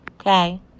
okay